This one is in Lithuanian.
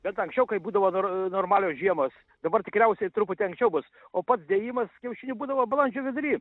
bet anksčiau kai būdavo dar normalios žiemos dabar tikriausiai truputį anksčiau bus o pats dėjimas kiaušinių būdavo balandžio vidury